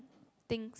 thing